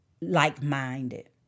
like-minded